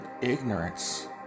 ignorance